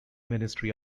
ministry